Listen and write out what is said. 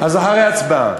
אז אחרי ההצבעה.